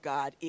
God